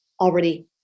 already